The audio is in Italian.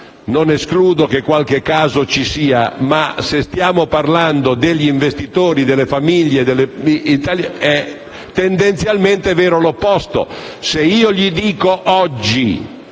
Non escludo che qualche caso ci sia ma, se stiamo parlando degli investitori e delle famiglie, è tendenzialmente vero l'opposto. Se dico oggi